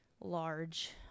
large